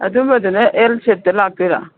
ꯑꯗꯨꯝꯕꯗꯨꯅ ꯑꯦꯜ ꯁꯦꯞꯇ ꯂꯥꯛꯇꯣꯏꯔ